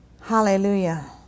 Hallelujah